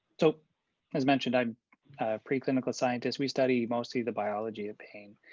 so as mentioned, i'm a preclinical scientist, we study mostly the biology of pain.